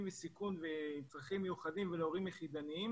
בסיכון וצרכים מיוחדים ולהורים יחידניים